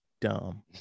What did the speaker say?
dumb